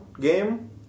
game